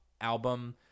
album